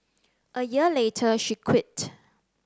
a year later she quit